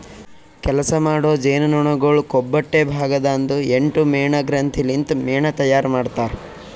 ಕೆಲಸ ಮಾಡೋ ಜೇನುನೊಣಗೊಳ್ ಕೊಬ್ಬೊಟ್ಟೆ ಭಾಗ ದಾಂದು ಎಂಟು ಮೇಣ ಗ್ರಂಥಿ ಲಿಂತ್ ಮೇಣ ತೈಯಾರ್ ಮಾಡ್ತಾರ್